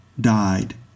died